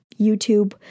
YouTube